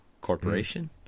corporation